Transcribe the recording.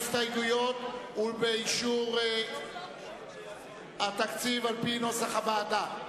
על ההסתייגויות ואישור התקציב על-פי נוסח הוועדה.